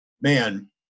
man